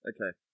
Okay